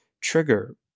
trigger